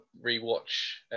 re-watch